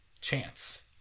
Chance